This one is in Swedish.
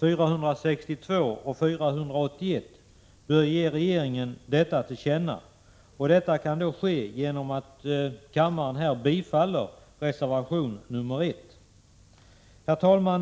462 och 481, bör ge regeringen detta till känna genom att bifalla reservation nr 1. Herr talman!